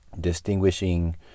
distinguishing